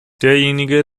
derjenige